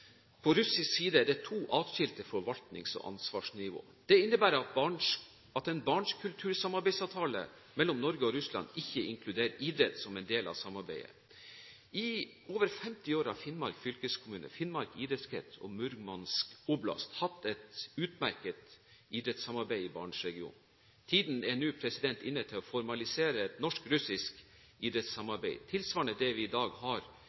på russisk side er det to adskilte forvaltnings- og ansvarsnivå. Det innebærer at en kultursamarbeidsavtale for Barentsregionen mellom Norge og Russland ikke inkluderer idrett som en del av samarbeidet. I over 50 år har Finnmark fylkeskommune, Finnmark idrettskrets og Murmansk Oblast hatt et utmerket idrettssamarbeid i Barentsregionen. Tiden er nå inne til å formalisere et norsk–russisk idrettssamarbeid, tilsvarende det vi i dag har